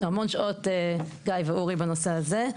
המון שעות גיא ואורי בנושא הזה.